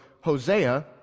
Hosea